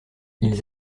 ils